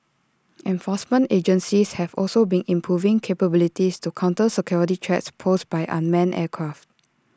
enforcement agencies have also been improving capabilities to counter security threats posed by unmanned aircraft